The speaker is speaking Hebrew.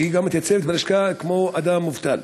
שהיא מתייצבת בלשכה כמו אדם מובטל.